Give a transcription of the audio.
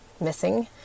missing